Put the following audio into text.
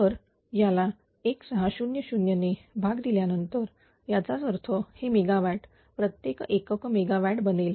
तर या ला 1600 ने भाग दिल्यावर याचाच अर्थ हे मेगावॅट प्रत्येक एकक मेगावॅट बनेल